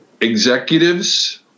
Executives